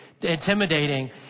intimidating